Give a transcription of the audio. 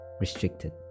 restricted